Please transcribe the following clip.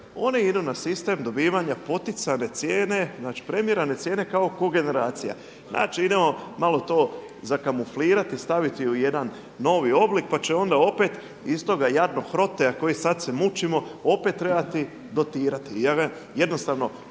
Oni idu na sistem dobivanja poticajne cijene, znači premirane cijene kao kogeneracija. Znači idemo malo to zakamuflirati staviti u jedan novi oblik pa će onda opet iz toga jadnog Proteja koji sad se mučimo opet trebati dotirati. Ja